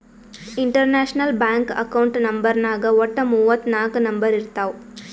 international bank account ನಂಬರ್ನಾಗ್ ವಟ್ಟ ಮೂವತ್ ನಾಕ್ ನಂಬರ್ ಇರ್ತಾವ್